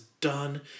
done